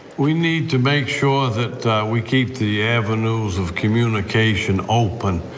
we need to make sure that we keep the avenues of communication open,